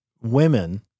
women